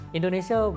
Indonesia